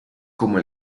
como